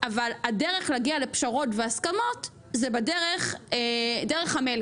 אבל הדרך להגיע לפשרות והסכמות זה בדרך המלך,